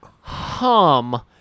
hum